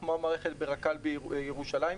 כמו המערכת ברק"ל בירושלים,